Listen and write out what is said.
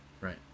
Right